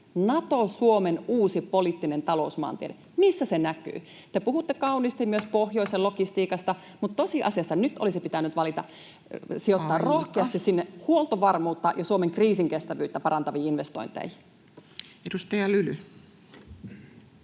Nato-Suomen uusi poliittinen talousmaantiede, missä se näkyy? Te puhutte kauniisti myös pohjoisen logistiikasta, mutta tosiasiassa nyt olisi pitänyt valita sijoittaa [Puhemies: Aika!] rohkeasti huoltovarmuutta ja Suomen kriisinkestävyyttä parantaviin investointeihin. Edustaja Lyly.